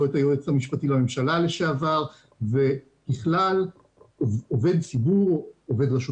לא את היועץ המשפטי לממשלה לשעבר ובכלל עובד ציבור או עובד רשות